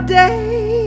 day